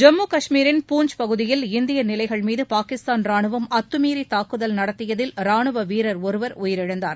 ஜம்மு காஷ்மீரின் பூஞ்ச் பகுதியில் இந்திய நிலைகள் மீது பாகிஸ்தான் ராணுவம் அத்துமீறி தாக்குதல் நடத்தியதில் ராணுவ வீரர் ஒருவர் உயிரிழந்தார்